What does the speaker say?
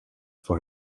for